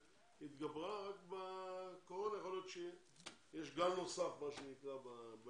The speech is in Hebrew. אבל היא התגברה בתקופת הקורונה ויכול להיות שיש גל נוסף בנושא הזה.